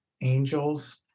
angels